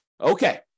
Okay